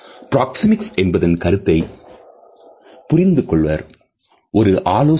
proxemics என்பதன் கருத்தை புரிந்து கொள்வார் ஒரு ஆலோசனை